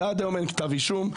ועד היום אין כתב אישום.